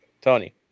Tony